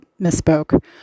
misspoke